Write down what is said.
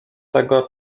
tego